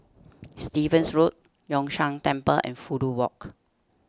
Stevens Road Yun Shan Temple and Fudu Walk